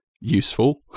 useful